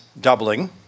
doubling